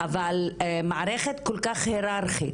אבל מערכת כל כך היררכית,